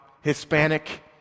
Hispanic